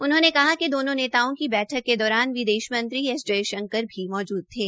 उन्होंने कहा कि दोनों नेताओं की बैठक के दौरान विदेश मंत्री जयशंकर भी मौजूद थे